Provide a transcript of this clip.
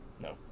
No